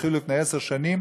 שהתחילו לפני עשר שנים,